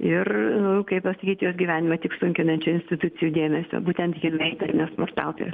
ir kaip pasakyt jos gyvenimą tik sunkinančių institucijų dėmesio būtent jinai ne smurtaujas